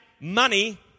money